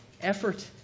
effort